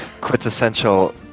quintessential